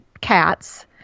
cats